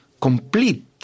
complete